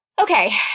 Okay